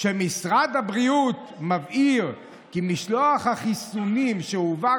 משרד הבריאות מבהיר כי משלוח החיסונים שהועבר